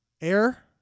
Air